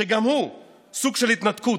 שגם הוא סוג של התנתקות,